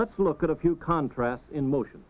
lets look at a few contrasts in motion